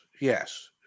yes